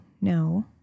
no